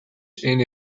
энэ